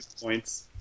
points